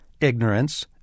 Ignorance